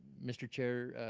mr. chair,